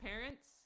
parents